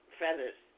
feathers